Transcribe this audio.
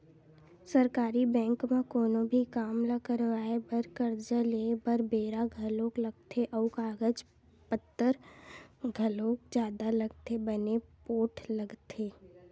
सरकारी बेंक म कोनो भी काम ल करवाय बर, करजा लेय बर बेरा घलोक लगथे अउ कागज पतर घलोक जादा लगथे बने पोठ लगथे